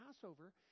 Passover